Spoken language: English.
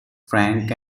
frank